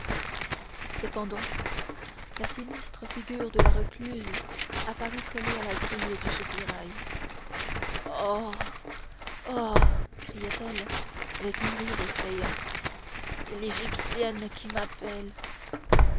cependant la sinistre figure de la recluse apparut collée à la grille du soupirail oh oh criait-elle avec un rire effrayant c'est l'égyptienne qui m'appelle